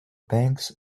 banks